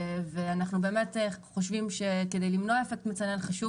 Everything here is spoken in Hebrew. ואנחנו באמת חושבים שכדי למנוע אפקט מצנן חשוב